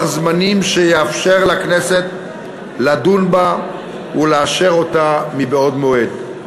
זמנים שיאפשר לכנסת לדון בה ולאשר אותה מבעוד מועד.